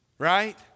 right